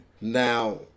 now